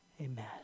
Amen